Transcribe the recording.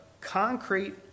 concrete